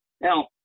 Now